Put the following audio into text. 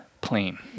plane